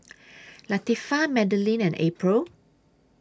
Latifah Madelyn and April